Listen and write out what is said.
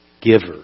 giver